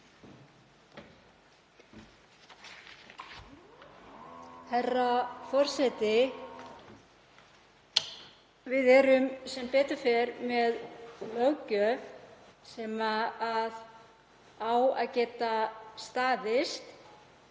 Frú forseti. Við erum sem betur fer með löggjöf sem á að geta staðist,